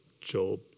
Job